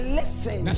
listen